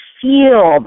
feel